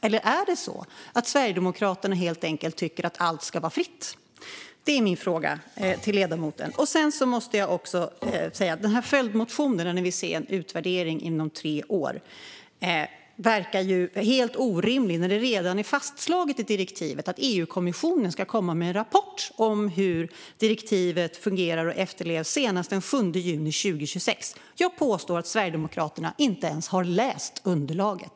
Eller är det så att Sverigedemokraterna helt enkelt tycker att allt ska vara fritt? Det är min fråga till ledamoten. Sedan måste jag också säga att den följdmotion där ni vill se en utvärdering inom tre år verkar helt orimlig när det redan är fastslaget i direktivet att EU-kommissionen senast den 7 juni 2026 ska komma med en rapport om hur direktivet fungerar och efterlevs. Jag påstår att Sverigedemokraterna inte ens har läst underlaget.